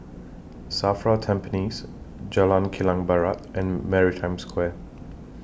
SAFRA Tampines Jalan Kilang Barat and Maritime Square